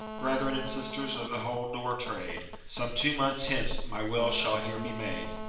brethren and sisters of the hold-door trade, some two months hence my will shall here be made.